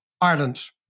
Ireland